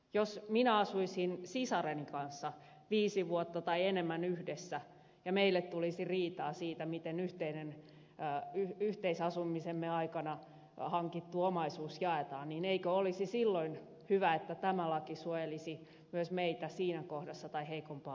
jos minä asuisin sisareni kanssa viisi vuotta tai enemmän yhdessä ja meillä tulisi riitaa siitä miten yhteisasumisemme aikana hankittu omaisuus jaetaan niin eikö olisi silloin hyvä että tämä laki suojelisi myös meitä siinä kohdassa tai heikompaa osapuolta